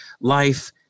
life